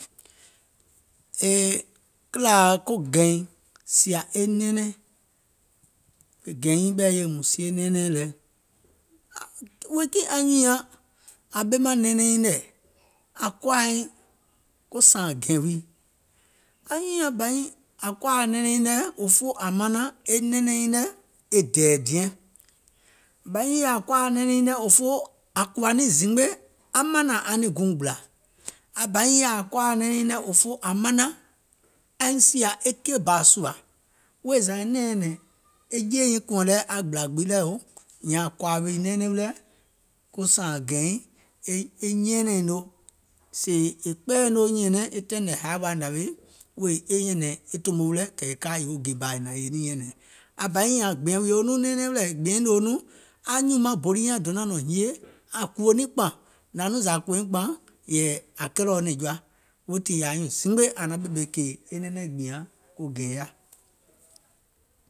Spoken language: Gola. Yèè kìlȧ ko gɛ̀ìŋ sìȧ e nɛɛnɛŋ, ko gɛ̀nyìiŋ ɓɛ̀i mùŋ sie nɛɛnɛɛ̀ŋ lɛ, wèè kiìŋ anyùùŋ nyaŋ ȧŋ ɓemȧŋ nɛɛnɛŋ nyiŋ nɛ̀ ȧŋ koȧ nìŋ ko sààŋ gɛ̀ìŋ wii, anyùùŋ nyaŋ bȧ nyiŋ ȧŋ koȧa e nɛɛnɛŋ nyiŋ nɛ̀ òfoo ȧŋ manaŋ e nɛɛnɛŋ nyiŋ nɛ̀ e dɛ̀ɛ̀ diɛŋ, aŋ bȧ nyiŋ yaȧa ȧŋ koȧa nɛɛnɛŋ nyiŋ nɛ̀ òfoo ȧŋ kùwȧ niìŋ zimgbe aŋ manȧŋ aŋ niŋ guùŋ gbìlȧ, aŋ bȧ nyiŋ yaȧa ȧŋ koȧa nɛɛnɛŋ nyiŋ nɛ̀ òfoo ȧŋ manaŋ aŋ niŋ sìȧ keì bȧ sùȧ, wèè zȧ e nɛ̀ɛŋ nyɛ̀nɛ̀ŋ e jeè nyiŋ kùȧŋ aŋ gbìlȧ gbiŋ lɛ̀, nyȧȧŋ kòȧ wì nɛɛnɛŋ wilɛ̀ ko sàȧŋ gɛ̀ɛ̀iŋ e nyɛɛnɛ̀iŋ noo, sèè è kpɛɛyɛ̀ìŋ nòo nyɛ̀ɛ̀nɛŋ e taìŋ nɛ haì wa nȧwèè wèè e nyɛ̀nɛ̀ŋ e tòmo wilɛ̀ kɛ̀ è ka yòo gè bȧ è hnȧŋ è niŋ nyɛ̀nɛ̀ŋ, aŋ bȧ nyȧȧŋ gbìȧŋ wìo nɛɛnɛŋ wilɛ̀, è gbìɛìŋ nòo nɔŋ anyùùŋ maŋ bòli nyȧŋ donȧŋ nɔ̀ɔ̀ŋ hinie ȧŋ kùwò niìŋ kpȧŋ, nȧȧŋ nɔŋ zȧ ȧŋ kùwò niìŋ kpȧŋ, yɛ̀ì nɔŋ ȧŋ kɛlɛ̀o nɛ̀ŋ jɔa, weètii yɛ̀ì anyuùŋ zimgbe àŋ naŋ ɓèmè kèè e nɛɛnɛŋ gbìȧŋ ko gɛ̀ìŋ yaà.